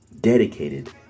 dedicated